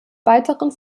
weiteren